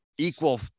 Equal